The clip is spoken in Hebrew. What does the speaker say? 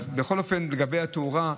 אז בכל אופן, לגבי התאורה,